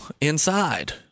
inside